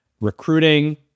recruiting